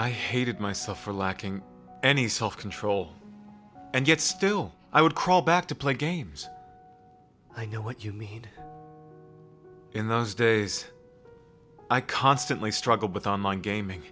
i hated myself for lacking any self control and yet still i would crawl back to play games i knew what you made in those days i constantly struggled with online gaming